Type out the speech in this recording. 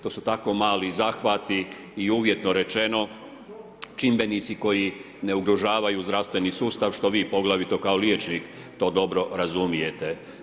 To su tako mali zahvati i uvjetno rečeno čimbenici koji ne ugrožavaju zdravstveni sustav, što vi, poglavito kao liječnik to dobro razumijete.